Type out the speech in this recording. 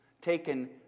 taken